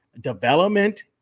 development